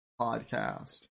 podcast